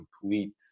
complete